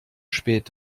spät